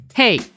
Hey